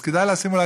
אז כדאי לשים,